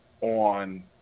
on